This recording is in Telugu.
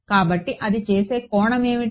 కాబట్టి అది చేసే కోణం ఏమిటి